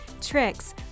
tricks